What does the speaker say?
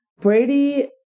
Brady